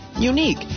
unique